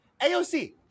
AOC